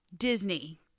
Disney